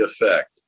effect